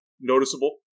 noticeable